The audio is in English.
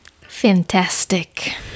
fantastic